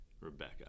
Rebecca